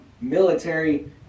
military